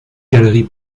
galeries